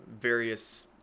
various